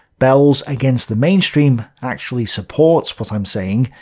bel's against the mainstream actually supports what i'm saying,